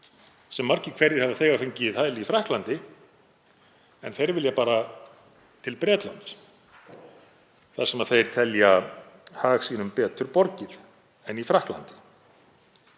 sem margir hverjir hafa þegar fengið hæli í Frakklandi en þeir vilja bara til Bretlands þar sem þeir telja hag sínum betur borgið en í Frakklandi.